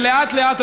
ולאט-לאט,